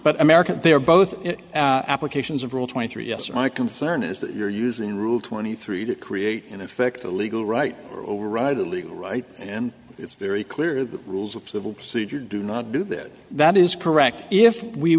but america they are both applications of rule twenty three yes my concern is that you're using rule twenty three to create in effect a legal right override the right and it's very clear the rules of civil procedure do not do that that is correct if we